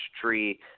tree